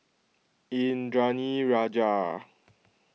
Indranee Rajah